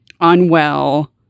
unwell